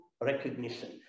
recognition